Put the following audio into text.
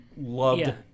loved